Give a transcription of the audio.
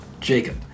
Jacob